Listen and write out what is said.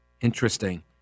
Interesting